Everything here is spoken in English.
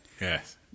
Yes